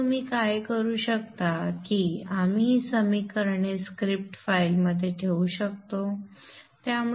तर तुम्ही काय करू शकता की आपण ही समीकरणे स्क्रिप्ट फाइलमध्ये ठेवू शकतो